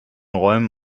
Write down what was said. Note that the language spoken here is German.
räumen